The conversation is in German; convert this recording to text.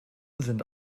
sind